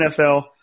NFL